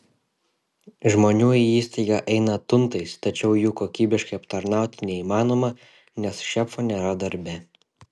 žmonių į įstaigą eina tuntais tačiau jų kokybiškai aptarnauti neįmanoma nes šefo nėra darbe